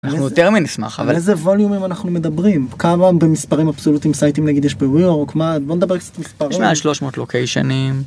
‫אנחנו יותר מנשמח אבל... ‫-איזה ווליומים אנחנו מדברים? ‫כמה במספרים אבסולוטיים סייטים, ‫נגיד, יש בוויוורק, מה... ‫בוא נדבר קצת מספרים...תשמע, יש שלוש מאות לוקיישנים